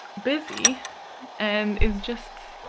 busy and it's just,